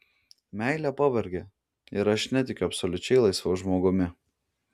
meilė pavergia ir aš netikiu absoliučiai laisvu žmogumi